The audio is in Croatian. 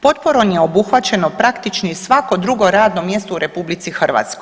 Potporom je obuhvaćeno praktični svako drugo radno mjesto u RH.